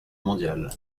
mondial